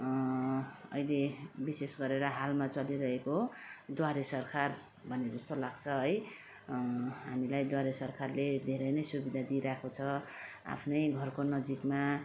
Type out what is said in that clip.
अहिले विशेष गरेर हालमा चलिरहेको द्वारे सरकार भने जस्तो लाग्छ है हामीलाई द्वारे सरकारले धेरै नै सुविधा दिइरहेको छ आफ्नै घरको नजिकमा